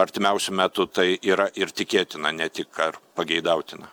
artimiausiu metu tai yra ir tikėtina ne tik ar pageidautina